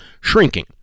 shrinking